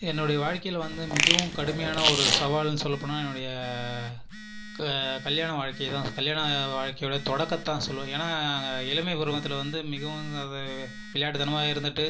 என்னுடைய வாழ்க்கையில் வந்து மிகவும் கடுமையான ஒரு சவால்னு சொல்லப்போனால் என்னுடைய கல்யாண வாழக்கை தான் கல்யாண வாழ்க்கையோடய தொடக்கத்தை தான் சொல்வேன் ஏன்னா இளமை பருவத்தில் வந்து மிகவும் விளையாட்டுதனமாக இருந்துவிட்டு